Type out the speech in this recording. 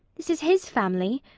this is his family.